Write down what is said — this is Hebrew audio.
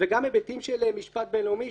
וגם היבטים של משפט בינלאומי,